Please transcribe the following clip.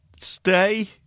Stay